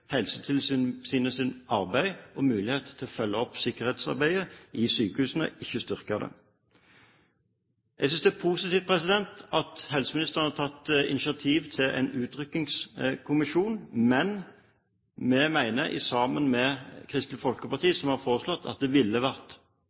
arbeid og mulighet til å følge opp sikkerhetsarbeidet i sykehusene, ikke styrke det. Jeg synes det er positivt at helseministeren har tatt initiativ til en utrykningsenhet, men vi mener, sammen med Kristelig Folkeparti som har foreslått dette, at det